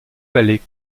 valait